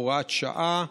הוראת שעה)